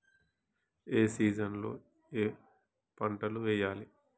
ఏ season లో ఏం పంటలు వెయ్యాలి?